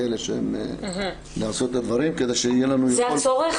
כדי שיהיה לנו- -- זה הצורך?